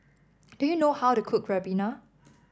do you know how to cook Ribena